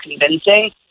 convincing